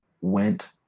went